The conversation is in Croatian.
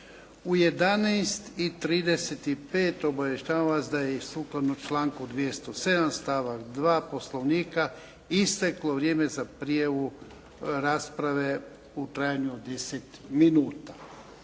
U 11,35 obavještavam vas da je sukladno članku 207. stavak 2. Poslovnika isteklo vrijeme za prijavu rasprave u trajanju od 10 minuta.